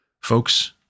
Folks